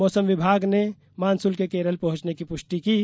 मौसम विभाग ने मानसून के केरल पहुंचने की पुष्टि की है